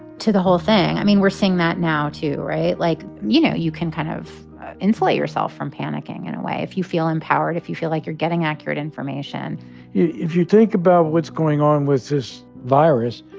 to the whole thing. i mean, we're seeing that now, too, right? like, you know, you can kind of insulate yourself from panicking, in a way, if you feel empowered, if you feel like you're getting accurate information if you think about what's going on with this virus,